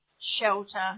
shelter